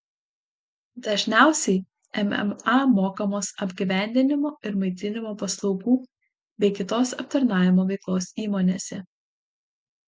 dažniausiai mma mokamos apgyvendinimo ir maitinimo paslaugų bei kitos aptarnavimo veiklos įmonėse